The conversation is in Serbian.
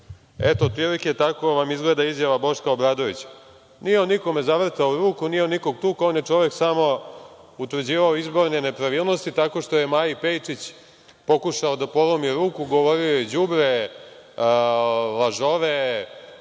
otprilike tako vam izgleda izjava Boška Obradovića. Nije on nikome zavrtao ruku, nije on nikog tukao, on je čovek samo utvrđivao izborne nepravilnosti, tako što je Maji Pejčić, pokušao da polomi ruku, govorio joj je đubre, lažove,